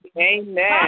Amen